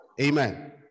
Amen